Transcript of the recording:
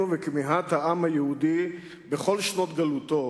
ואת כמיהת העם היהודי בכל שנות גלותו,